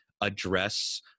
address